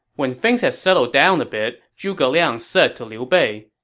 when things had settled down a bit, zhuge liang said to liu bei,